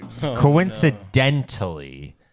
coincidentally